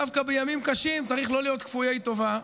דווקא בימים קשים צריך לא להיות כפויי טובה.